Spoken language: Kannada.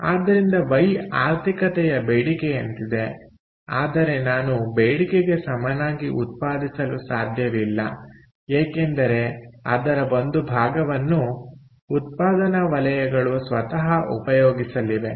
ಆದ್ದರಿಂದ ವೈ ಆರ್ಥಿಕತೆಯ ಬೇಡಿಕೆಯಂತಿದೆ ಆದರೆ ನಾನು ಬೇಡಿಕೆಗೆ ಸಮನಾಗಿ ಉತ್ಪಾದಿಸಲು ಸಾಧ್ಯವಿಲ್ಲ ಏಕೆಂದರೆ ಅದರ ಒಂದು ಭಾಗವನ್ನು ಉತ್ಪಾದನಾ ವಲಯಗಳು ಸ್ವತಃ ಉಪಯೋಗಿಸಲಿವೆ